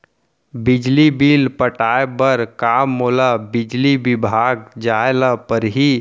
बिजली बिल पटाय बर का मोला बिजली विभाग जाय ल परही?